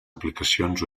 aplicacions